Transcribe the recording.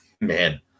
man